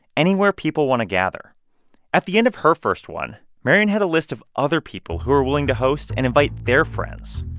anywhere people want to gather at the end of her first one, marian had a list of other people who are willing to host and invite their friends.